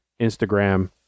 Instagram